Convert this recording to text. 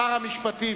שר המשפטים,